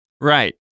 Right